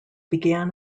began